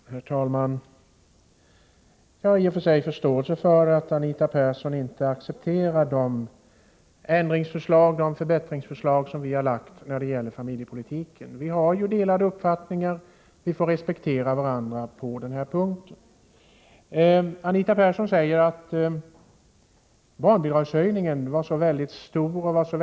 Herr talman! Jag har i och för sig förståelse för att Anita Persson inte accepterar de ändringsoch förbättringsförslag som vi har lagt fram när det gäller familjepolitiken. Vi har ju delade uppfattningar, och vi får respektera varandra på den punkten. Anita Persson säger att barnbidragshöjningen var väldigt stor och effektiv.